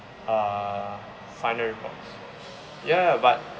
uh final reports ya ya but